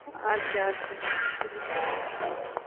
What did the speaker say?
اَدٕ کیٛاہ اَدٕ کیٛاہ بَس بِہو